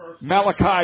Malachi